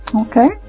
okay